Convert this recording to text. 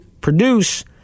produce